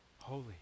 Holy